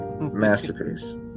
Masterpiece